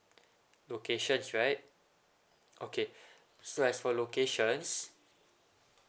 locations right okay so as for locations